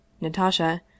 Natasha